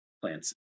plants